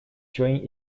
during